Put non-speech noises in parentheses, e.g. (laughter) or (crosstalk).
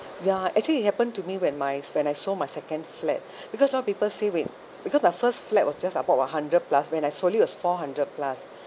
ya actually it happened to me when my when I sold my second flat (breath) because some people say when because our first flat was just about a hundred plus when I sold it was four hundred plus (breath)